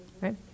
right